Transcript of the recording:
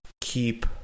keep